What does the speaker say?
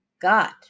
got